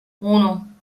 uno